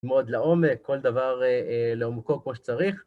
תלמד לעומק, כל דבר לעומקו כמו שצריך.